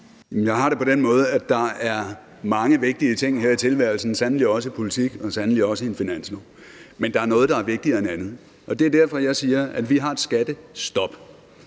Jeg har det på den måde, at der er mange vigtige ting her i tilværelsen – sandelig også i politik og sandelig også i en finanslov, men der er noget, der er vigtigere end andet. Og det er derfor, jeg siger, at vi har et skattestop.